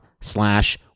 slash